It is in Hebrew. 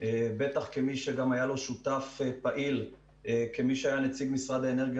בטח כמי שהיה לו שותף פעיל כמי שהיה נציג משרד האנרגיה